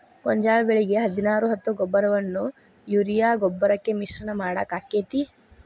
ಗೋಂಜಾಳ ಬೆಳಿಗೆ ಹದಿನಾರು ಹತ್ತು ಗೊಬ್ಬರವನ್ನು ಯೂರಿಯಾ ಗೊಬ್ಬರಕ್ಕೆ ಮಿಶ್ರಣ ಮಾಡಾಕ ಆಕ್ಕೆತಿ?